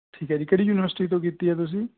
ਠੀਕ ਹੈ ਜੀ ਕਿਹੜੀ ਯੂਨੀਵਰਸਿਟੀ ਤੋਂ ਕੀਤੀ ਹੈ ਤੁਸੀਂ